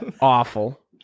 awful